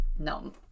No